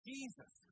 Jesus